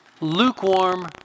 lukewarm